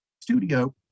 studio